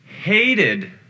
hated